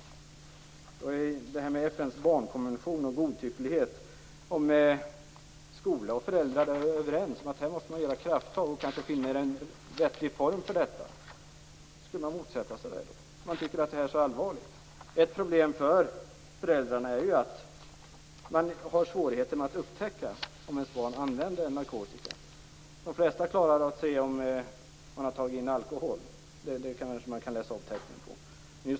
Ministern talade om FN:s barnkonvention och om godtycklighet. Tänk om skola och föräldrar är överens om att man måste ta krafttag och finner en vettig form för det, därför att man tycker att problemet är allvarligt. Skulle vi motsätta oss det då? Ett problem för föräldrarna är att de har svårt att upptäcka om deras barn använder narkotika. De flesta klarar att se om barnen har tagit in alkohol. Det kan de se tecken på.